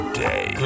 day